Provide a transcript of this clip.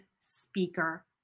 speaker